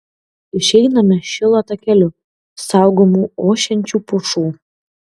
išeiname šilo takeliu saugomu ošiančių pušų